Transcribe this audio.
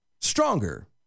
stronger